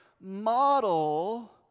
model